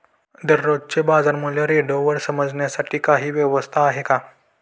दररोजचे बाजारमूल्य रेडिओवर समजण्यासाठी काही व्यवस्था आहे का?